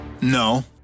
No